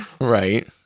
Right